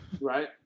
Right